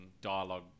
dialogue